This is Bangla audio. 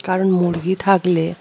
কারণ মুরগি থাকলে